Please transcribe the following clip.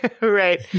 Right